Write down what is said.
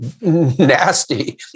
nasty